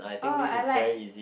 oh I like